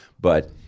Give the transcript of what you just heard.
But-